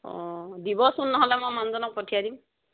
অঁ দিবচোন নহ'লে মই মানুহজনক পঠিয়াই দিম